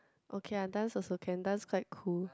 okay I dance also can dance quite cool